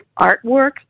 artwork